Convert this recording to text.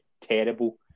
terrible